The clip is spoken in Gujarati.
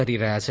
કરી રહ્યા છે